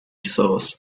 source